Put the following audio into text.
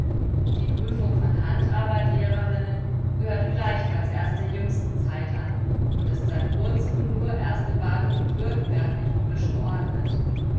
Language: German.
die prüfung von hand arbeit lehrerinnen gehört gleichfalls erst der jüngsten zeit an und ist seit kurzem nur erst in baden und würtemberg methodisch geordnet